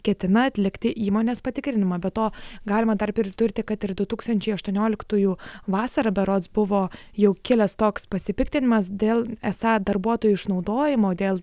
ketina atlikti įmonės patikrinimą be to galima dar pridurti kad ir du tūkstančiai aštuonioliktųjų vasarą berods buvo jau kilęs toks pasipiktinimas dėl esą darbuotojų išnaudojimo dėl